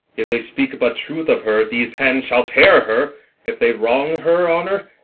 if they speak but truth of her, these hands shall tear her if they wrong her honour,